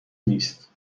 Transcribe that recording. نیست